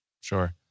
Sure